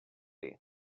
day